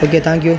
okay thank you